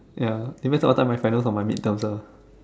ya depends on what time my finals or my mid terms ah